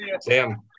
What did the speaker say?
Sam